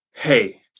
Hey